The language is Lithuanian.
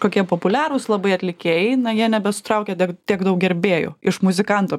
kokie populiarūs labai atlikėjai na jie nebesutraukia tiek daug gerbėjų iš muzikanto